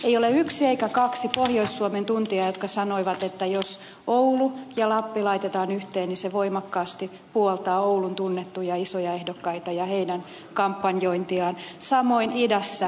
ei ole yksi eikä kaksi pohjois suomen tuntijaa jotka sanoivat että jos oulu ja lappi laitetaan yhteen niin se voimakkaasti puoltaa oulun tunnettuja isoja ehdokkaita ja heidän kampanjointiaan samoin idässä